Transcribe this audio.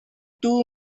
two